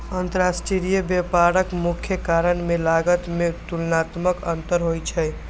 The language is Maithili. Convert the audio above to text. अंतरराष्ट्रीय व्यापारक मुख्य कारण मे लागत मे तुलनात्मक अंतर होइ छै